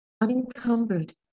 unencumbered